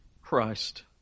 Christ